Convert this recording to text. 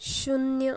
शून्य